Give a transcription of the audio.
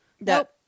Nope